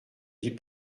dis